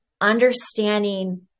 understanding